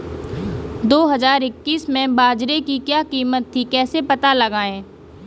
दो हज़ार इक्कीस में बाजरे की क्या कीमत थी कैसे पता लगाएँ?